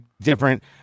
different